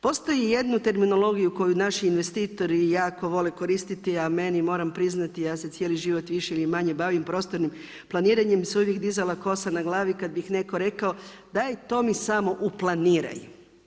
Postoji i jedna terminologija koju naši investitori jako vole koristiti a meni moram priznati, ja se cijeli život više ili manje bavim prostornim planiranjem se je uvijek dizala kosa na glasi kada je netko rekao daj to mi samo uplaniraj.